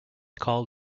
call